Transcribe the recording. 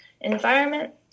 environment